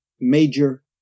major